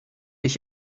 ich